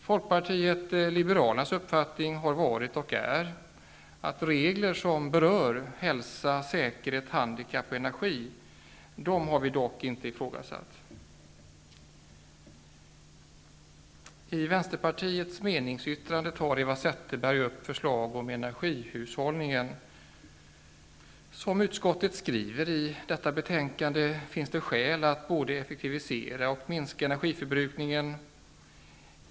Folkpartiet liberalernas uppfattning har varit och är att vi dock inte har ifrågasatt regler som berör hälsa, säkerhet, handikapp och energi. Zetterberg upp förslag om energihushållningen. Som utskottet skriver i betänkandet finns det skäl att både effektivisera och minska energiförbrukningen.